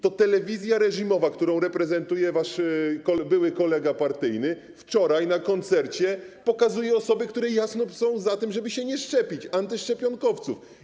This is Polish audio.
Telewizja reżimowa, którą reprezentuje wasz były kolega partyjny, wczoraj na koncercie pokazywała osoby, które są za tym, żeby się nie szczepić, antyszczepionkowców.